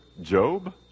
Job